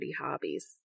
hobbies